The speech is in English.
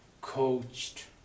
coached